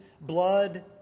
blood